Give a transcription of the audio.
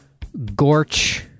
Gorch